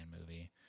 movie